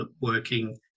working